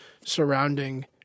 surrounding